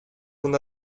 una